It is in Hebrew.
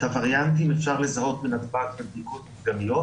את הווריאנטים אפשר לזהות בנתב"ג בבדיקות מדגמיות.